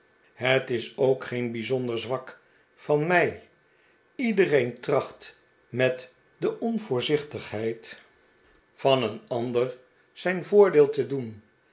het is ook geen bijzonder zwak van mij iedereen tracht met de onvoorzichtigheid van een ander zijn voordeel te doen